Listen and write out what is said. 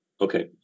okay